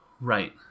Right